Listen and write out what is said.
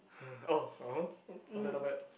uh oh oh er not bad not bad